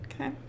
Okay